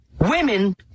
Women